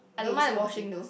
I don't mind the washing though